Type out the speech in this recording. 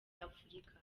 afurika